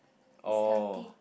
oh